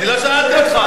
אני לא שאלתי אותך.